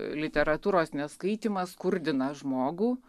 literatūros neskaitymas skurdina žmogų